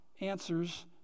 answers